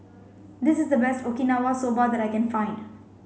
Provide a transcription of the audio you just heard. this is the best Okinawa Soba that I can find